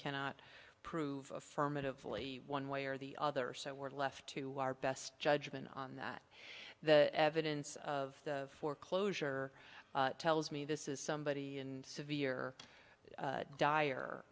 cannot prove affirmatively one way or the other so we're left to our best judgment on that the evidence of foreclosure tells me this is somebody in severe dire